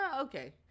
okay